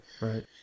Right